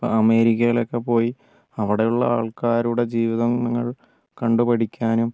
ഇപ്പോൾ അമേരിക്കയിലൊക്കെ പോയി അവിടെയുള്ള ആൾക്കാരുടെ ജീവിതങ്ങൾ കണ്ടുപഠിക്കാനും